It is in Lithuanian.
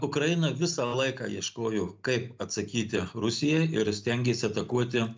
ukraina visą laiką ieškojo kaip atsakyti rusijai ir stengėsi atakuoti